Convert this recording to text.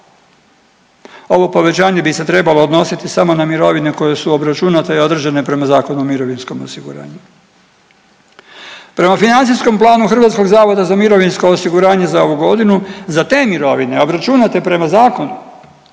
Ovo povećanje bi se trebalo odnositi samo na mirovine koje su obračunate i određene prema Zakonu o mirovinskom osiguranju. Prema financijskom planu HZMO-a za ovu godinu za te mirovine obračunate prema zakonu